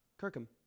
Kirkham